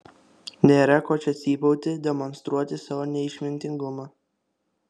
nėra ko čia cypauti demonstruoti savo neišmintingumą